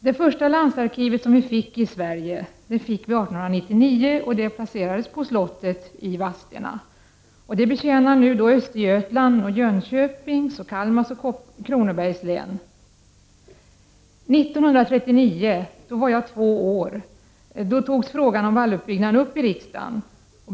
Det första landsarkivet i Sverige startade 1899 på slottet i Vadstena. Det betjänar Östergötlands, Jönköpings, Kalmars och Kronobergs län. 1939, då jag var två år, togs frågan om valluppbyggnaden upp i riksdagen.